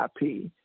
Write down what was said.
IP